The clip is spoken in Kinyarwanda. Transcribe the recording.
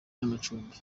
n’amacumbi